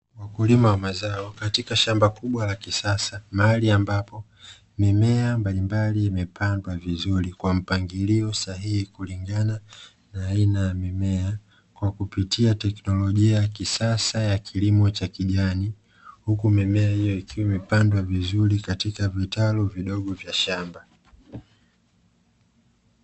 Mkulima wamazao katika shamba kubwa la kisasa mahali ambapo mimea mbalimbali imepandwa vizuri kwa mpangilio sahihi, kulingana na aina ya mimea kwa kupitia teknolojia ya kisasa ya kilimo cha kijani, huku mimea hiyo ikiwa imepandwa vizuri katika vitalu vidogo vya shamba.